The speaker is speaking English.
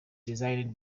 designed